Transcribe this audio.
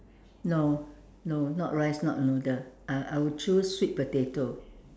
no no not rice not noodle uh I would choose sweet potato